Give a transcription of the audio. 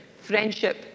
friendship